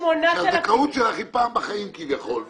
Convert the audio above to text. הזכאות שלך היא פעם בחיים כביכול,